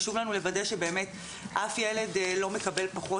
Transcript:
חשוב לנו לוודא שאף ילד לא מקבל פחות